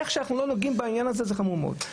איך שאנחנו לא נוגעים בעניין הזה, זה חמור מאוד.